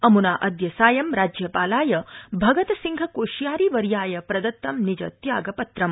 अमुना अद्य सायं राज्यपालाय भगतसिंहकोश्यारी वर्याय प्रदत्तम् निज त्यागपत्रम्